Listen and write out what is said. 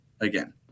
again